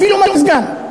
אפילו מזגן,